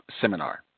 seminar